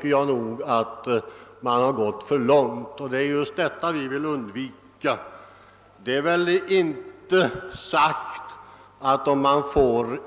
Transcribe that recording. Genom